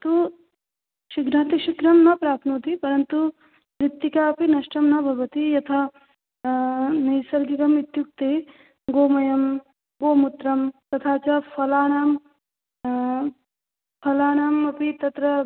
तु शीघ्रातिशीघ्रं न प्राप्नोति परन्तु मृत्तिका अपि नष्टा न भवति यथा नैसर्गिकम् इत्युक्ते गोमयं गोमूत्रं तथा च फलानां फलानामपि तत्र